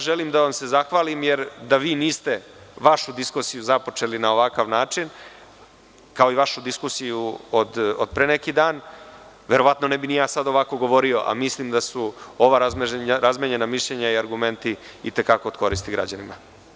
Želim da vam se zahvalim jer da vi niste vašu diskusiju započeli na ovakav način kao i vašu diskusiju od pre neki dan, verovatno ne bih ni ja sada ovako govorio, a mislim da su ova razmenjena mišljenja i argumenti i te kako od koristi građanima.